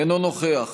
אינו נוכח